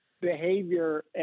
behavior